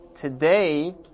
today